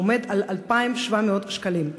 העומד על 2,700 שקלים,